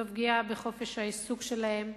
זו פגיעה בחופש העיסוק שלהן,